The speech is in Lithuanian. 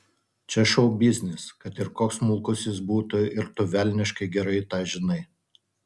čia šou biznis kad ir koks smulkus jis būtų ir tu velniškai gerai tą žinai